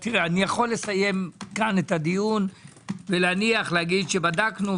אני יכול לסיים כאן את הדיון ולומר שבדקנו.